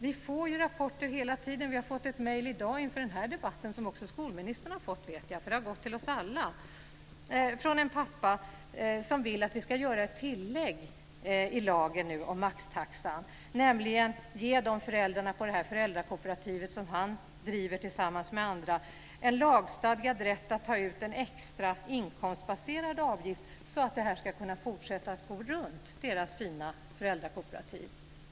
Vi får rapporter hela tiden. Inför den här debatten i dag har vi fått ett mejl, och jag vet att skolministern också har fått det. Det har gått till oss alla. Det är från en pappa som vill att det ska bli ett tillägg i lagen om maxtaxa, nämligen att ge föräldrarna på föräldrakooperativet som han driver tillsammans med andra en lagstadgad rätt att ta ut en extra inkomstbaserad avgift så att det fina föräldrakooperativet ska kunna fortsätta att gå runt.